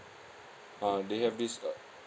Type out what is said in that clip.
ah they have this uh